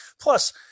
Plus